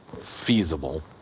feasible